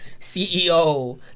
CEO